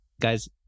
guys